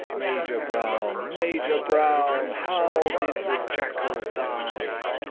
major brown, major brown, how did the jackal die?